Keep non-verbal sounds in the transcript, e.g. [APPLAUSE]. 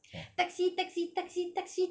[BREATH] taxi taxi taxi taxi